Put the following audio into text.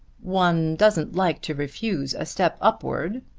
one doesn't like to refuse a step upward,